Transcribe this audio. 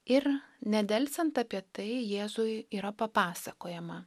ir nedelsiant apie tai jėzui yra papasakojama